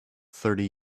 thirty